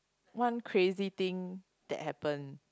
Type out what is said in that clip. one crazy thing that happened